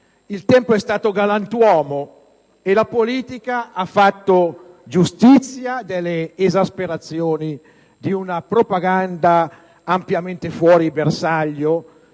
Il tempo è stato galantuomo, e la politica ha fatto giustizia delle esasperazioni di una propaganda ampiamente fuori bersaglio,